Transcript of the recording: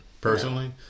personally